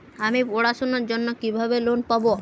আমি পড়াশোনার জন্য কিভাবে লোন পাব?